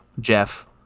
Jeff